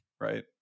right